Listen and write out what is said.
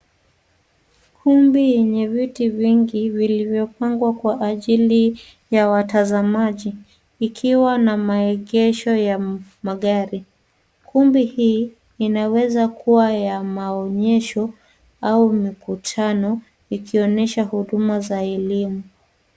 Kumbi yenye viti vingi vilivyopangwa kwa ajili ya watazamaji. Ikiwa na maegesho ya magari. kumbi hii inaweza kuwa ya maonyesho au mikutano ikionesha huduma za elimu.